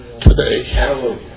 today